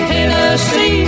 Tennessee